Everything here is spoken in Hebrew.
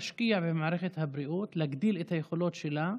להשקיע במערכת הבריאות ולהגדיל את היכולות שלה,